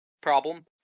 problem